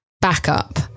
backup